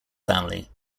family